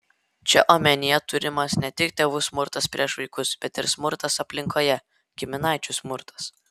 čia omenyje turimas ne tik tėvų smurtas prieš vaikus bet ir smurtas aplinkoje giminaičių smurtas